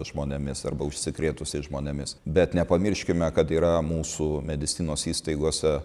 žmonėmis arba užsikrėtusiais žmonėmis bet nepamirškime kad yra mūsų medicinos įstaigose